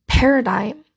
paradigm